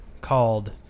called